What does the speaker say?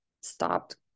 stopped